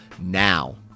Now